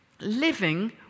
living